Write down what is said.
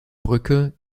brücke